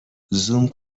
زوم